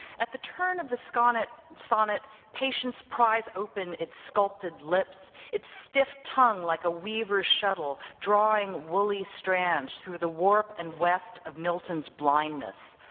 at the turn of the ska-net, sonnet, patience pries open its sculpted lips, its stiff tongue like a weaver's shuttle drawing woolly strands through the warp and weft of milton's blindness,